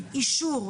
אישור,